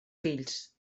fills